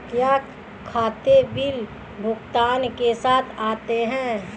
क्या खाते बिल भुगतान के साथ आते हैं?